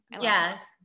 Yes